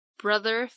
,brother